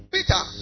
Peter